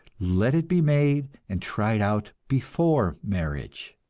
let it be made and tried out before marriage!